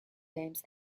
games